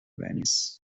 venice